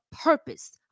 purpose